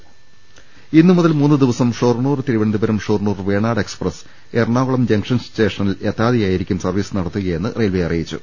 ് ഇന്നു മുതൽ മൂന്നു ദിവസം ഷൊർണ്ണൂർ തിരുവനന്തപുരം ഷൊർണ്ണൂർ വേണാട് എക്സ്പ്രസ് എറണാകുളം ജംഗ്ഷൻ സ്റ്റേഷനിലെ ത്താതെയായിരിക്കും സർവ്വീസ് നടത്തുകയെന്ന് റെയിൽവെ അറിയിച്ചു